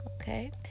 okay